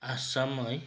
आसाम है